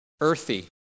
earthy